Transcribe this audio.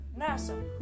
NASA